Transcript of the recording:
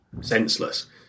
senseless